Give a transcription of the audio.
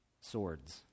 swords